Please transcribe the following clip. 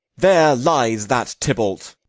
there lies that tybalt.